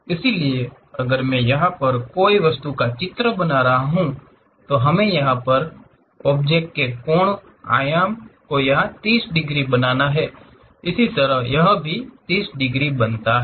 इसलिए अगर मैं यहां पर कोई वस्तु का चित्र बना रहा हूं तो हमे यहा पर ऑब्जेक्ट के कोण आयाम को यहां 30 डिग्री बनाना है इसी तरह यह भी 30 डिग्री बनाता है